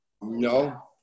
No